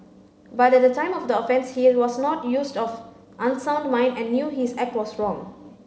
but at the time of the offence he was not use of unsound mind and knew his act was wrong